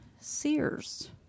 Sears